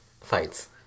Fights